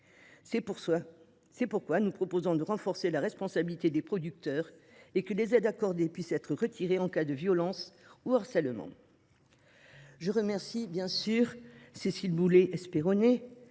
C’est pourquoi nous proposons de renforcer la responsabilité des producteurs : les aides accordées doivent pouvoir être retirées en cas de violence ou de harcèlement. Je remercie Céline Boulay Espéronnier,